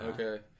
Okay